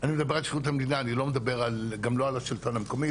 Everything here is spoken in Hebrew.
אני לא מדבר גם לא על השלטון המקומי,